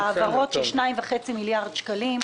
על העברות של 2.5 וחצי מיליארד שקלים.